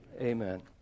amen